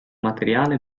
materiale